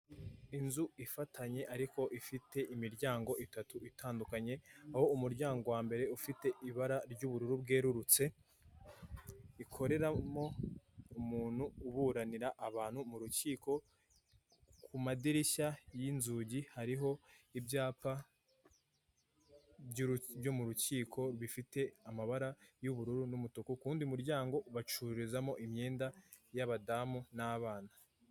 Inzu ifatanye ariko ifite imiryango itatu itandukanye: aho umuryango wa mbere ufite ibara ry'ubururu bwerurutse, ikoreramo umuntu uburanira abantu mu rukiko, ku madirishya y'inzugi hariho ibyapa byo mu rukiko bifite amabara y'ubururu n'umutuku; ku wundi muryango bacururizamo imyenda y'abadamu n'abana.